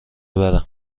برم